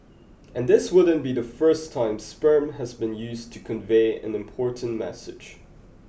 and this wouldn't be the first time sperm has been used to convey an important message